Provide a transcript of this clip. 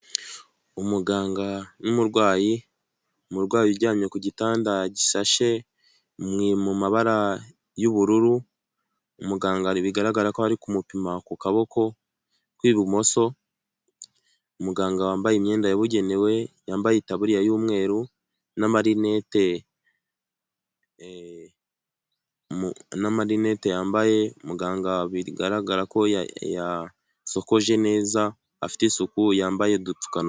Umuganga n'umurwayi, umurwayi uryamye ku gitanda gisashe mu mabara y'ubururu, umuganga bigaragara ko ari kumupima ku kaboko kw'ibumoso, umuganga wambaye imyenda yabugenewe, yambaye itaburiya y'umweru n'amarinete yambaye, muganga bigaragara ko yasokoje neza afite isuku, yambaye udupfuka.